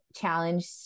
challenge